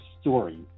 story